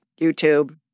YouTube